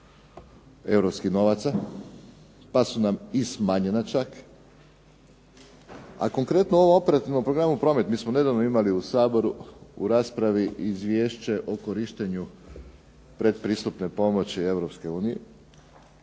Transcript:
pa su nam i smanjena čak, a konkretno u ovom operativnom programu promet, mi smo nedavno imali u Saboru u raspravi izvješće o korištenju pretpristupne pomoći